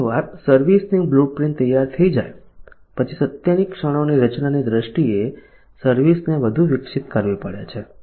એકવાર સર્વિસ ની બ્લુપ્રિન્ટ તૈયાર થઈ જાય પછી સત્યની ક્ષણોની રચનાની દ્રષ્ટિએ સર્વિસ ને વધુ વિકસિત કરવી પડે છે